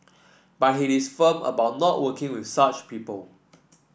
but he is firm about not working with such people